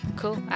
cool